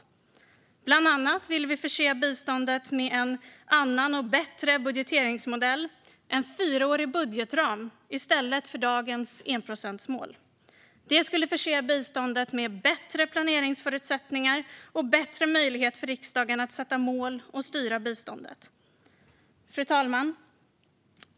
Vi vill bland annat förse biståndet med en annan och bättre budgeteringsmodell: en fyraårig budgetram i stället för dagens enprocentsmål. Det skulle förse biståndet med bättre planeringsförutsättningar och ge riksdagen bättre möjlighet att sätta mål för och styra biståndet. Fru talman!